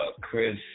Chris